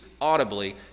audibly